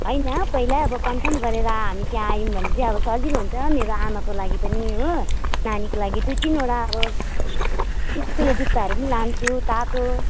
होइन पहिला अब कन्फर्म गरेर हामी त्यहाँ आयौँ भने चाहिँ अब सजिलो हुन्छ मेरो आमाको लागि पनि हो नानीको लागि दुई तिनवटा अब स्कुले जुत्ताहरू पनि लान्छु तातो